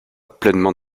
pleinement